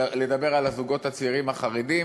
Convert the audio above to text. לדבר על הזוגות הצעירים החרדים,